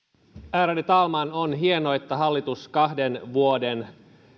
ärade talman on hienoa että hallitus kahden vuoden